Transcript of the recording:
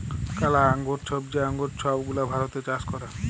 কালা আঙ্গুর, ছইবজা আঙ্গুর ছব গুলা ভারতে চাষ ক্যরে